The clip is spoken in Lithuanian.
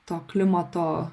to klimato